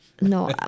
No